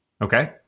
okay